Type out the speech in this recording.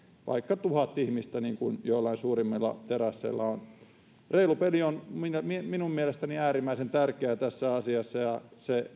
vaikka tuhat ihmistä niin kuin joillain suurimmilla terasseilla on reilu peli on minun mielestäni äärimmäisen tärkeää tässä asiassa ja